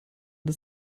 des